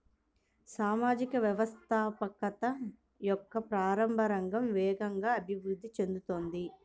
సామాజిక వ్యవస్థాపకత యొక్క ప్రారంభ రంగం వేగంగా అభివృద్ధి చెందుతోంది